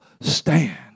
stand